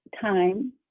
time